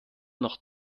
noch